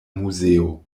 muzeo